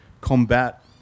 combat